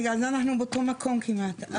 בגלל זה אנחנו בכל מקום כמעט.